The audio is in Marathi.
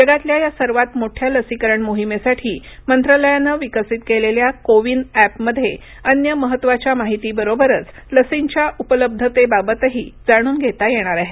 जगातल्या या सर्वात मोठ्या लसीकरण मोहिमेसाठी मंत्रालयानं विकसित केलेल्या कोविन अॅपमध्ये अन्य महत्त्वाच्या माहितीबरोबरच लसींच्या उपलब्धतेबाबतही जाणून घेता येणार आहे